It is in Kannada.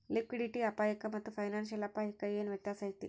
ಲಿಕ್ವಿಡಿಟಿ ಅಪಾಯಕ್ಕಾಮಾತ್ತ ಫೈನಾನ್ಸಿಯಲ್ ಅಪ್ಪಾಯಕ್ಕ ಏನ್ ವ್ಯತ್ಯಾಸೈತಿ?